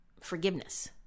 forgiveness